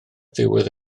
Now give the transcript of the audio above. ddiwedd